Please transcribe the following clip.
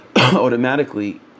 automatically